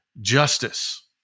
justice